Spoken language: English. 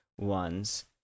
ones